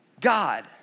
God